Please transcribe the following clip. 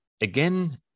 again